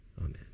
Amen